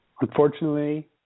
unfortunately